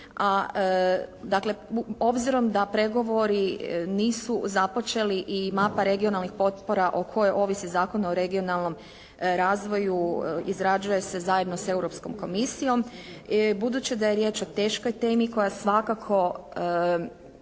a obzirom da pregovori nisu započeli i mapa regionalnih potpora o kojoj ovisi Zakon o regionalnom razvoju izrađuje se zajedno sa Europskom komisijom. Budući da je riječ o teškoj temi koja svakako